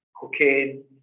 cocaine